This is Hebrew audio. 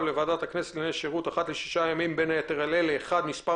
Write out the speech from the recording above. לוועדת הכנסת אחת לשישה ימים בין היתר על אלה: מספר